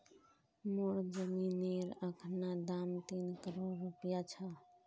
मोर जमीनेर अखना दाम तीन करोड़ रूपया छ